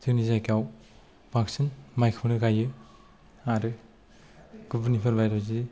जोंनि जायगायाव बांसिन माइखौनो गायो आरो गुबुननिफोरबायदि